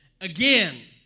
again